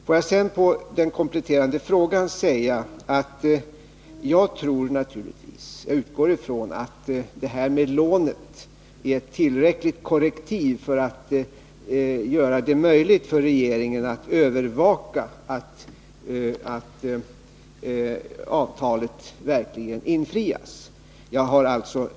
Låt mig sedan som svar på den kompletterande frågan säga att jag utgår ifrån att lånet är ett tillräckligt korrektiv och alltså gör det möjligt för regeringen att övervaka att åtagandena enligt avtalet verkligen infrias.